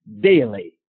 daily